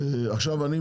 עכשיו אני,